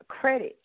credit